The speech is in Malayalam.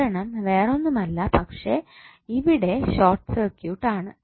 കാരണം വേറൊന്നുമല്ല പക്ഷേ ഇവിടെ ഷോർട്ട് സർക്യൂട്ടാണ്